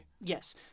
Yes